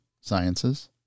sciences